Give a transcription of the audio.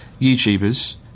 YouTubers